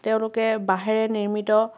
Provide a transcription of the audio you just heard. তেওঁলোকে বাঁহেৰে নিৰ্মিত